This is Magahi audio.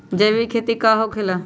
जैविक खेती का होखे ला?